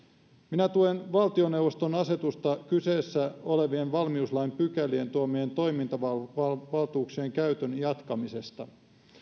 minä tuen valtioneuvoston asetusta kyseessä olevien valmiuslain pykälien tuomien toimintavaltuuksien käytön jatkamisesta